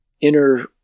inner